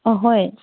ꯑꯍꯣꯏ